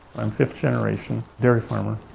i'm fifth generation dairy farmer.